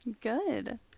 Good